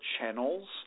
channels